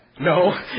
No